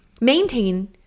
maintain